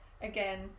again